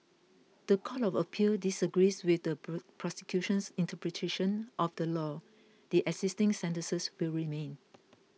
the Court of Appeal disagrees with the prosecution's interpretation of the law the existing sentences will remain